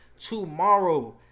tomorrow